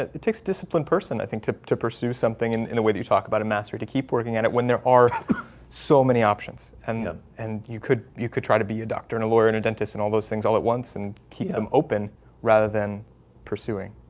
it takes discipline person i think to to pursue something in in the way that you talk about a mastery to keep working at it when there are so many options and um and you could you could try to be a doctor and a lawyer and a dentist and all those things all at once and keep them open rather than pursuing.